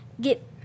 Get